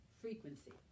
frequency